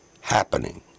happening